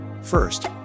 first